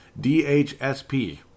DHSP